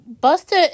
Buster